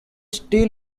still